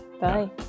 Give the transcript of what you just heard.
Bye